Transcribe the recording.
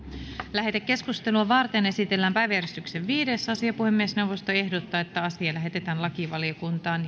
lähetekeskustelua varten esitellään päiväjärjestyksen viides asia puhemiesneuvosto ehdottaa että asia lähetetään lakivaliokuntaan